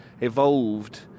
evolved